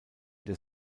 der